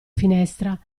finestra